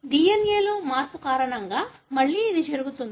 DNA లో మార్పు కారణంగా మళ్ళీ ఇది జరుగుతుంది